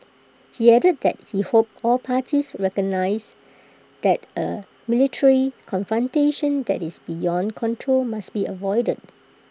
he added that he hoped all parties recognise that A military confrontation that is beyond control must be avoided